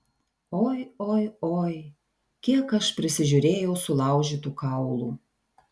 oi oi oi kiek aš prisižiūrėjau sulaužytų kaulų